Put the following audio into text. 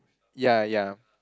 ya ya